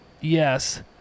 Yes